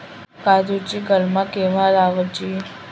काजुची कलमा केव्हा लावची?